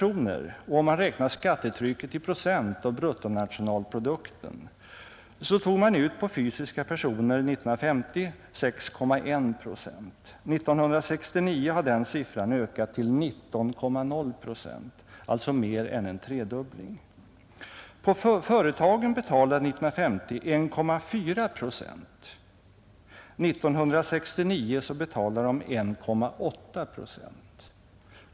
Om man räknar skattetrycket i procent av bruttonationalprodukten, så tog man av fysiska personer 1950 ut 6,1 procent. År 1969 har den siffran ökat till 19,0 procent — alltså mer än en tredubbling. Företagen betalade 1950 1,4 procent, och 1969 betalade de 1,8 procent.